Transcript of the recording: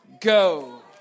go